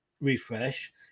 refresh